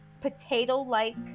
potato-like